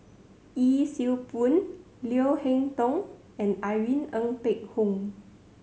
Yee Siew Pun Leo Hee Tong and Irene Ng Phek Hoong